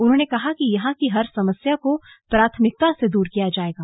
उन्होंने कहा की यहां की हर समस्या को प्राथमिकता से दूर किया जायेगा